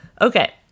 okay